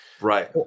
Right